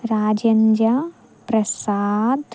Rajendra Prasad